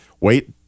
Wait